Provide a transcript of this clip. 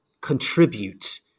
contribute